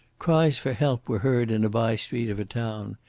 cries for help were heard in a by-street of a town.